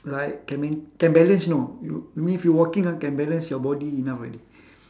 like can main~ can balance you know you you mean if you walking ah can balance your body enough already